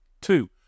Two